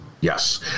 Yes